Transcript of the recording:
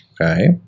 Okay